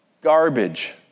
Garbage